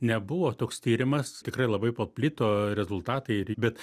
nebuvo toks tyrimas tikrai labai paplito rezultatai bet